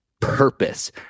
purpose